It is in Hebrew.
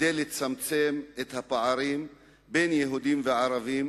כדי לצמצם את הפערים בין יהודים לערבים,